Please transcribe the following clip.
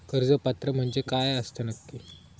कर्ज पात्र म्हणजे काय असता नक्की?